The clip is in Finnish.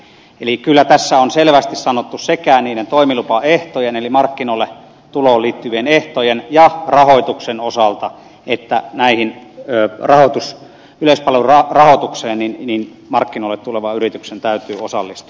eli kyllä tässä on selvästi sanottu sekä toimilupaehtojen eli markkinoille tuloon liittyvien ehtojen että rahoituksen osalta että yleispalvelun rahoitukseen markkinoille tulevan yrityksen täytyy osallistua